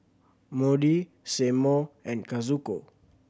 Maudie Seymour and Kazuko